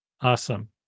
Awesome